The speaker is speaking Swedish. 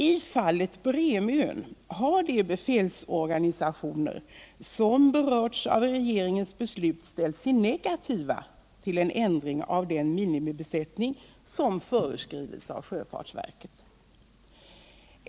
I fallet Bremön har de befälsorganisationer som berörts av regeringens beslut ställt sig negativa ull en ändring av den minimibesättning som föreskrivits av sjöfartsverket.